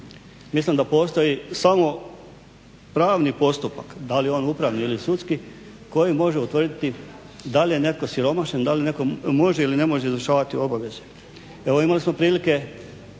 mislim da postoji samo pravni postupak, da li je on upravni ili sudski, koji može utvrditi da li je netko siromašan, da li netko može ili ne može izvršavati obaveze. Evo imali smo prilike